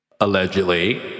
allegedly